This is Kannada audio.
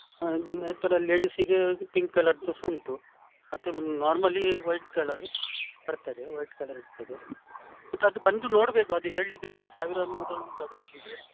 ಹಾಂ ನಮ್ಮ ಹತ್ತರ ಲೇಡಿಸಿಗೆ ಪಿಂಕ್ ಕಲರ್ದು ಸಹ ಉಂಟು ಮತ್ತು ಒನ್ ನಾರ್ಮಲಿ ವೈಟ್ ಕಲರೆ ಬರ್ತದೆ ವೈಟ್ ಕಲರ್ ಇರ್ತದೆ ಮತ್ತು ಅದು ಬಂದು ನೋಡಬೇಕು ಅದು ಹೇಳಲಿಕ್ಕೆ ಆಗೋಲ್ಲ ಸಾವಿರಾರು ಮಾಡೆಲ್ ಉಂಟು ಅದರಲ್ಲಿ